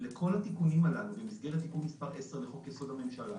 לכל התיקונים הללו במספרים בתיקון מס' 10 לחוק-יסוד: הממשלה